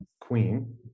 queen